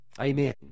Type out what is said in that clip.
Amen